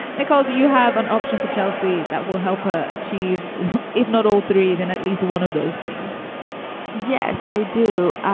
nicole, do you have an option for chelsea that will help her achieve if not all three, then at least one of those things yes, i do.